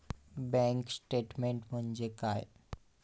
Bank statement म्हणजे काय?